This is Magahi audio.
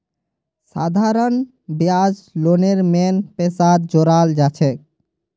साधारण ब्याज लोनेर मेन पैसात जोड़ाल जाछेक